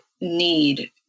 need